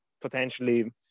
potentially